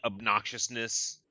obnoxiousness